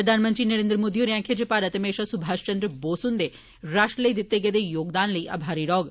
प्रधानमंत्री नरेन्द्र होरें आक्खेया जे भारत हमेशा सुभाष चन्द्र बोस हन्दे राष्ट्र लेई दिते गेदे योगदान लेई आभारी रौहग